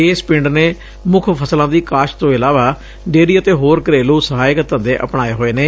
ਇਸ ਪਿੰਡ ਨੇ ਮੁੱਖ ਫਸਲਾਂ ਦੀ ਕਾਸ਼ਤ ਤੋਂ ਇਲਾਵਾ ਡੇਅਰੀ ਅਤੇ ਹੋਰ ਘਰੇਲੂ ਸਹਾਇਕ ਧੰਦੇ ਆਪਣਾਏ ਹੋਏ ਨੇ